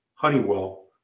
Honeywell